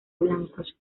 blancos